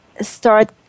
start